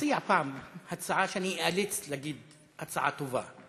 תציע פעם הצעה שאני איאלץ להגיד: הצעה טובה.